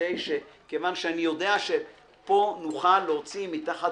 כיוון שאני יודע שפה נוכל להוציא מתחת